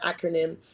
acronym